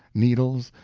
needles,